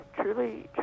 truly